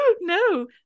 no